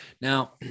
now